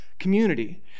community